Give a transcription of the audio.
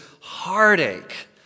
heartache